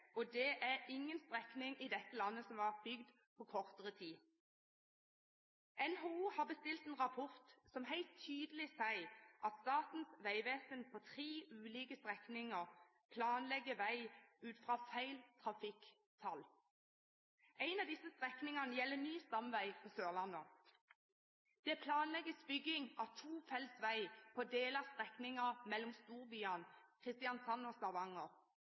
og det er ingen strekning i dette landet som har vært bygd på kortere tid. NHO har bestilt en rapport som helt tydelig sier at Statens vegvesen på tre ulike strekninger planlegger vei ut fra feil trafikktall. En av disse strekningene gjelder ny stamvei på Sørlandet. Det planlegges bygging av tofelts vei på deler av strekningen mellom storbyene Kristiansand og Stavanger,